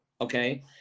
okay